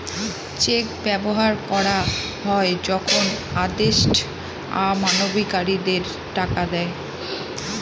check ব্যবহার করা হয় যখন আদেষ্টা আমানতকারীদের টাকা দেয়